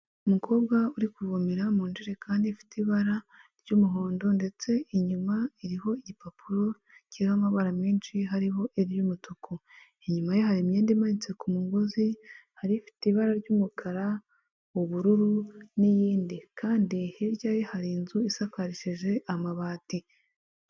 Umukobwa uri kuvomera mu injerekani ifite ibara ry'umuhondo ndetse inyuma iriho igipapuro kiriho amabara menshi, hariho iry'umutuku, inyuma ye hari imyenda imanitse ku mugozi, hari ifite ibara ry'umukara, ubururu n'iyindi, kandi hirya ye hari inzu isakarishije amabati.